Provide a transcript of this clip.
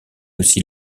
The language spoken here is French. aussi